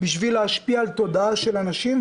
כדי להשפיע על תודעה של אנשים,